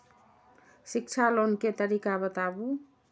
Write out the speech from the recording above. शिक्षा लोन के तरीका बताबू?